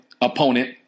Opponent